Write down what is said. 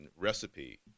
recipe